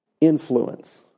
influence